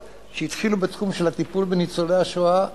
שהתחילו בתחום של הטיפול בניצולי השואה,